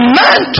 man